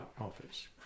office